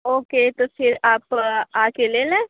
okay تو پھر آپ آ کے لے لیں